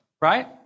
Right